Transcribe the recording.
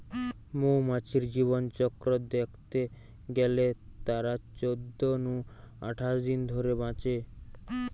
মৌমাছির জীবনচক্র দ্যাখতে গেলে তারা চোদ্দ নু আঠাশ দিন ধরে বাঁচে